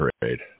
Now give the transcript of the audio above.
parade